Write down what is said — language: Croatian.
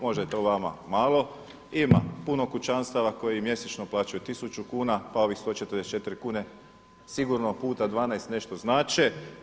Možda je to vama malo, ima puno kućanstava koji mjesečno plaćaju tisuću kuna pa ovih 144 kune sigurno puta 12 nešto znače.